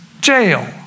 jail